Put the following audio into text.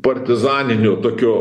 partizaniniu tokiu